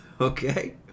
Okay